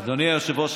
אדוני היושב-ראש,